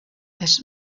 des